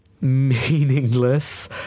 meaningless